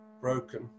broken